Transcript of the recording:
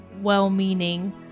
well-meaning